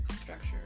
structure